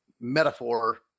metaphor